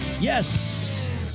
yes